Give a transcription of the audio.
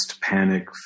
panic